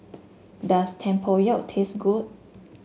does Tempoyak taste good